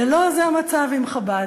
ולא זה המצב עם חב"ד.